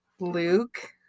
Luke